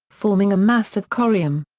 forming a mass of corium.